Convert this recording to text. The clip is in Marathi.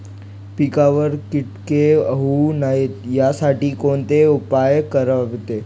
पिकावर किटके होऊ नयेत यासाठी कोणते उपाय करावेत?